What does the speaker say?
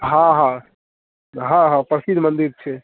हँ हँ हँ हँ प्रसिद्ध मन्दिर छै